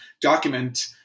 document